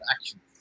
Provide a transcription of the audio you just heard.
actions